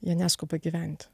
jie neskuba gyventi